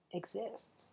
exist